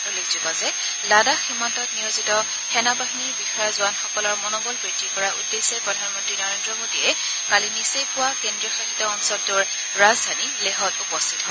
উল্লেখযোগ্য যে লাডাখ সীমান্তত নিয়োজিত সেনাবাহিনীৰ বিষয়া জোৱানসকলৰ মনোবল বৃদ্ধি কৰাৰ উদ্দেশ্যে প্ৰধানমন্তী নৰেন্দ্ৰ মোডীয়ে কালি নিচেই পুৰা কেন্দ্ৰীয় শাসিত অঞ্চলটোৰ ৰাজধানী লেহত উপস্থিত হয়